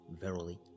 verily